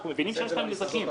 ואנחנו מבינים שיש להם נזקים.